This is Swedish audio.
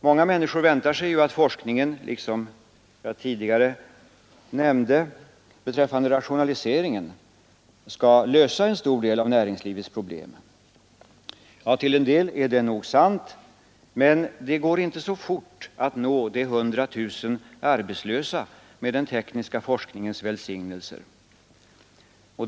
Många människor väntar sig att forskningen — liksom jag tidigare nämnde beträffande rationaliseringen skall lösa en stor del av näringslivets problem. Ja, till en del är det nog riktigt — men det går inte så fort att, med den tekniska forskningens välsignelser, nå de 100 000 arbetslösa.